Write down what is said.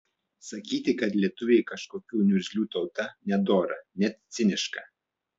sakyti kad lietuviai kažkokių niurgzlių tauta nedora net ciniška